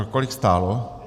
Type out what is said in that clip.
Kolik stálo?